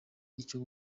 icyo